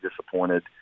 disappointed